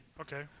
Okay